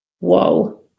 Whoa